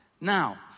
Now